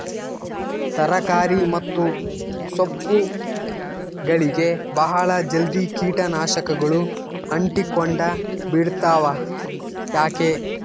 ತರಕಾರಿ ಮತ್ತು ಸೊಪ್ಪುಗಳಗೆ ಬಹಳ ಜಲ್ದಿ ಕೇಟ ನಾಶಕಗಳು ಅಂಟಿಕೊಂಡ ಬಿಡ್ತವಾ ಯಾಕೆ?